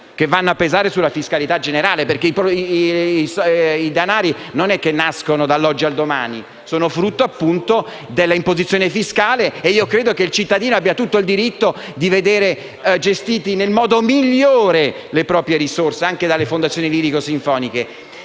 che vanno a pesare sulla fiscalità generale. I denari non nascono dall'oggi al domani: sono frutto dell'imposizione fiscale e credo che il cittadino abbia tutto il diritto di vedere gestite nel modo migliore le proprie risorse, anche dalle fondazioni lirico-sinfoniche.